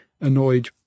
annoyed